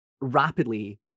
rapidly